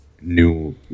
new